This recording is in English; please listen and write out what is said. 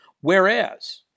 Whereas